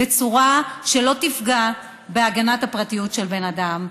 בצורה שלא תפגע בפרטיות של בן אדם,